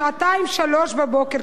שעתיים-שלוש בבוקר,